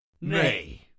Nay